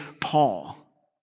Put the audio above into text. Paul